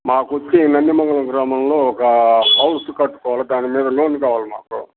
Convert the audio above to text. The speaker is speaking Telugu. మాకు వచ్చి నందిమాల గ్రామంలో ఒక హౌస్ కట్టుకోవాలి దాని మీద లోన్ కావాలి మాకు